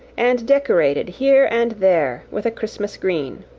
and decorated here and there with a christmas green.